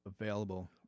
available